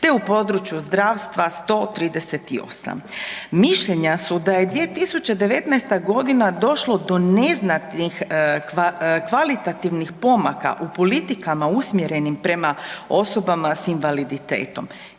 te u području zdravstva 138. Mišljenja su da je 2019. godina došlo do neznatnih kvalitativnih pomaka u politikama usmjerenim prema osobama s invaliditetom